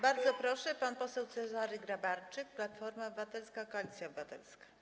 Bardzo proszę, pan poseł Cezary Grabarczyk, Platforma Obywatelska - Koalicja Obywatelska.